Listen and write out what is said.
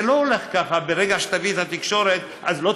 זה לא הולך ככה שברגע שתביאי את התקשורת אז היא